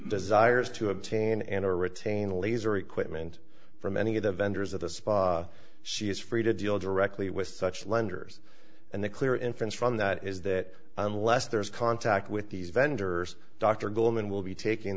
desires to obtain and or retain laser equipment from any of the vendors at the spa she is free to deal directly with such lenders and the clear inference from that is that unless there is contact with these vendors dr goleman will be taking